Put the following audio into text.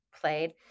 played